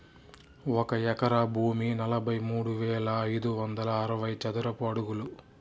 ఒక ఎకరా భూమి నలభై మూడు వేల ఐదు వందల అరవై చదరపు అడుగులు